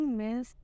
miss